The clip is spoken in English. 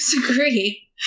disagree